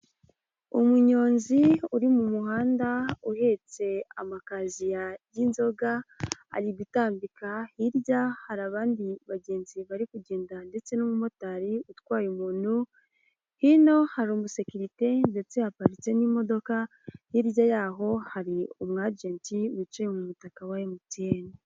Umunyonzi uri mu muhanda uhetse amakazi y'inzoga, ari gutambika hirya hari abandi bagenzi bari kugenda ndetse n'umumotari utwaye umuntu, hino hari umusekirite ndetse haparitse n'imodoka hirya yaho hari umwajenti wicaye mu mutaka wa MTN.